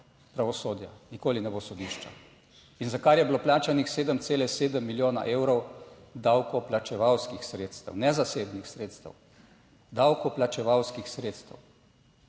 pravosodja, nikoli ne bo sodišča in za kar je bilo plačanih 7,7 milijona evrov davkoplačevalskih sredstev, ne zasebnih sredstev, davkoplačevalskih sredstev.